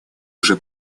уже